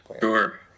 sure